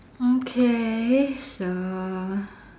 okay so